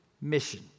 mission